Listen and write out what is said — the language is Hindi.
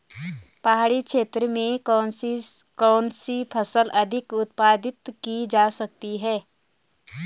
पहाड़ी क्षेत्र में कौन सी फसल अधिक उत्पादित की जा सकती है?